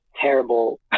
terrible